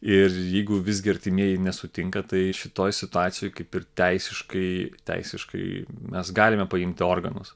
ir jeigu visgi artimieji nesutinka tai šitoj situacijoj kaip ir teisiškai teisiškai mes galime paimti organus